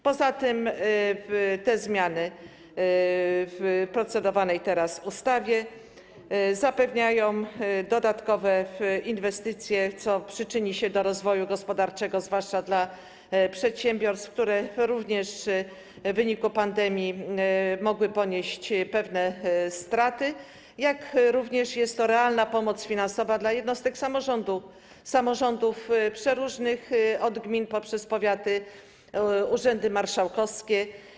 Poza tym zmiany w procedowanej teraz ustawie zapewniają dodatkowe inwestycje, co przyczyni się do rozwoju gospodarczego, zwłaszcza w przypadku przedsiębiorstw, które również w wyniku pandemii mogły ponieść pewne straty, jak też jest to realna pomoc finansowa dla jednostek samorządu, samorządów przeróżnych, od gmin poprzez powiaty, urzędy marszałkowskie.